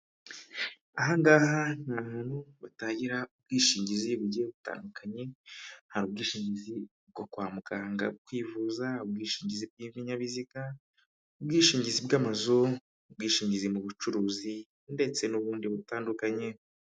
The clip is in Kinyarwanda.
Aha ngaha ni ahantu batagira ubwishingizi bugiye butandukanye nta bwishingizi bwo kwa muganga kwivuza bwibinyabiziga ubwishingizi bw'amazu, ubwishingizi mu bucuruzi ndetse n'ubundi butandukanye..